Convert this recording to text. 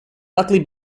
buckley